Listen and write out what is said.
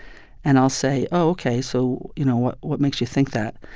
and i'll say, oh, ok. so, you know, what what makes you think that?